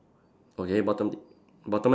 okay bottom lip bottom leh